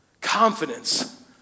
Confidence